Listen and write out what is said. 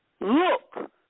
Look